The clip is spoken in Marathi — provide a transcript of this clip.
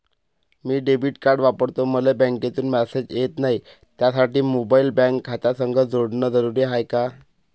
मी डेबिट कार्ड वापरतो मले बँकेतून मॅसेज येत नाही, त्यासाठी मोबाईल बँक खात्यासंग जोडनं जरुरी हाय का?